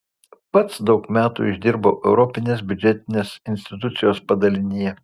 pats daug metų išdirbau europinės biudžetinės institucijos padalinyje